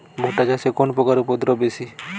ভুট্টা চাষে কোন পোকার উপদ্রব বেশি?